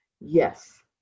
Yes